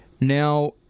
Now